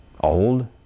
old